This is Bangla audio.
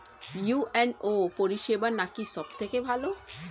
ইউ.এন.ও পরিসেবা নাকি সব থেকে ভালো?